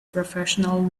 professional